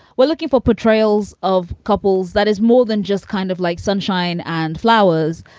we're looking for portrayals of couples that is more than just kind of like sunshine and flowers.